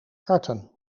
karten